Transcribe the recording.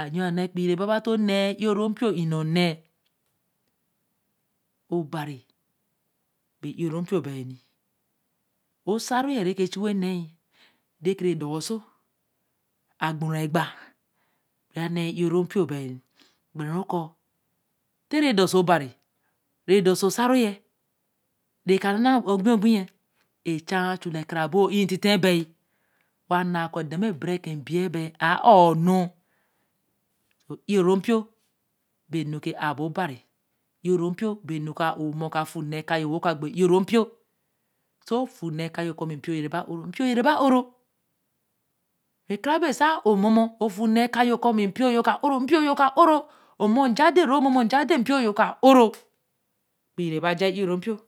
anyo ane ekpi mbaba nto nēe ito nropio. nnone obari bei iro mpio bai osaro ye re ke chue ye nei de kere doso agbu reǵba bara ne nyiro mpio bai ǵberu ko tere doso obari re doso osaro nye de ja nāa obi óbūu ye echāa chu lekara bo ntite bei ba na ko bere dei mbie be aāono o ioronpio benu ke āa obari orompio be nu kaā o ka fuū nne ka yo āao ka fūu orompio sōo fu nne ka yo ko mpio be ka aoro e ba aoro eka bēe sāa o mmomo fu nne ka yo ko mpio yo ka aoro mpio yo ka aora aōo mmo nja de ru aōo m̄momo nja de ru mpio yo kāa aoro ekpi re ba hao oro mpio